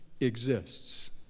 exists